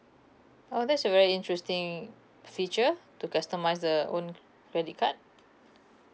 oh that's a very interesting feature to customise the own c~ credit card